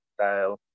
style